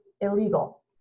illegal